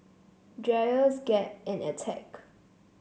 Dreyers Gap and Attack